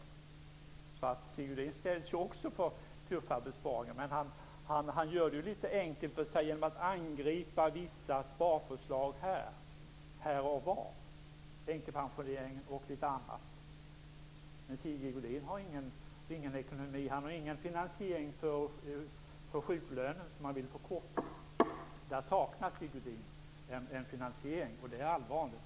Sigge Godin ställs också inför tuffa besparingar, men han gör det litet enkelt för sig genom att angripa vissa sparförslag här och där - änkepensioneringen och litet annat. Men Sigge Godin har ingen ekonomi. Han har ingen finansiering för sjuklönen, som han vill förkorta. Där saknar Sigge Godin en finansiering, och det är allvarligt.